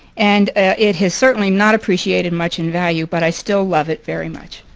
and it has certainly not appreciated much in value. but i still love it very much.